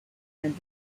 and